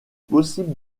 possible